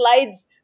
slides